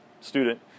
student